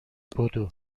بدو